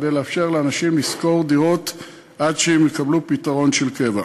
כדי לאפשר לאנשים לשכור דירות עד שהם יקבלו פתרון של קבע.